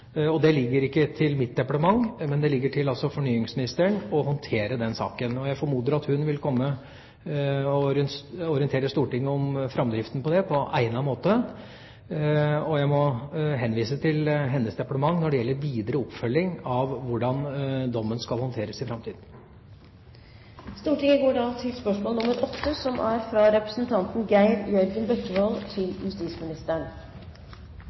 Det ligger ikke til mitt departement, men det ligger til fornyingsministeren å håndtere den saken. Jeg formoder at hun vil komme og orientere Stortinget om framdriften på egnet måte, og jeg må henvise til hennes departement når det gjelder videre oppfølging av hvordan dommen skal håndteres i framtida. Stortinget går da over til spørsmål 8. Jeg tillater meg å stille følgende spørsmål til vår dyktige justisminister: «I saker hvor mennesker som